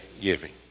giving